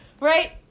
Right